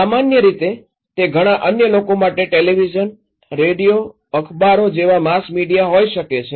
સામાન્ય રીતે તે ઘણા અન્ય લોકો માટે ટેલિવિઝન રેડિયોઅખબારો જેવા માસ મીડિયા હોઈ શકે છે